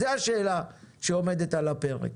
זו השאלה שעומדת על הפרק.